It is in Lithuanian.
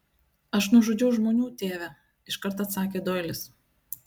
aš nužudžiau žmonių tėve iškart atsakė doilis